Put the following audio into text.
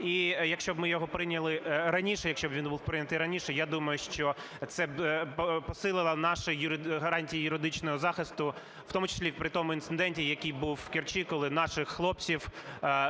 І,якщо б ми його прийняли раніше, якщо б він був прийнятий раніше, я думаю, що це б посилило наші гарантії юридичного захисту, в тому числі при тому інциденті, який був в Керчі, коли наших хлопців